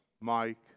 Mike